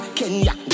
kenya